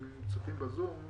הם צופים ב-זום,